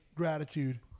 gratitude